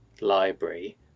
library